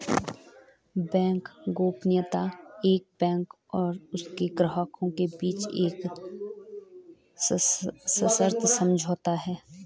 bank गोपनीयता एक bank और उसके ग्राहकों के बीच एक सशर्त समझौता है